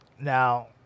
Now